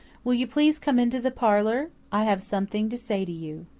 will you please come into the parlour? i have something to say to you.